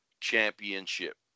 Championship